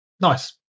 nice